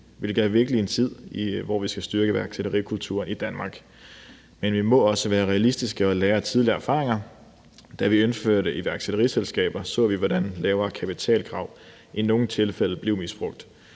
hvilket er vigtigt i en tid, hvor vi skal styrke iværksætterikultur i Danmark. Men vi må også være realistiske og lære af tidligere erfaringer. Da vi indførte iværksætteriselskaber, så vi, hvordan lavere kapitalkrav i nogle tilfælde blev misbrugt.